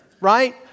right